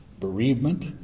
bereavement